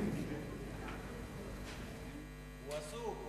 הוא עסוק.